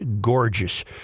gorgeous